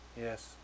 yes